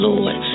Lord